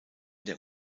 der